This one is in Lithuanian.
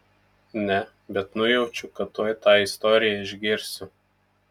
ne bet nujaučiu kad tuoj tą istoriją išgirsiu